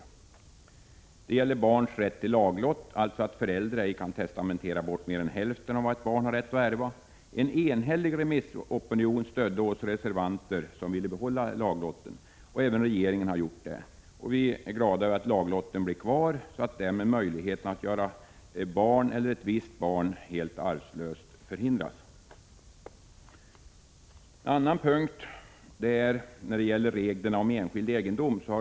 Först och främst gäller det barns rätt till laglott, alltså att föräldrar ej kan testamentera bort mer än hälften av vad ett barn har rätt att ärva. En enhällig remissopinion stödde oss reservanter, som ville behålla laglotten. Det har även regeringen gjort. Vi är glada att laglotten blir kvar. Möjligheterna att göra barn, eller ett visst barn, arvslösa förhindras därmed. En annan punkt gäller reglerna om enskild egendom.